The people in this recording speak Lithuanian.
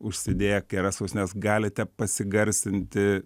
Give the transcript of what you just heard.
užsidėję geras ausines galite pasigarsinti